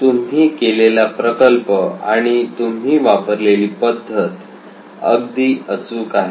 तुम्ही केलेला प्रकल्प आणि तुम्ही वापरलेली पद्धत अगदी अचूक आहे